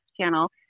Channel